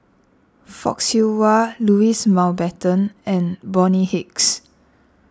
Fock Siew Wah Louis Mountbatten and Bonny Hicks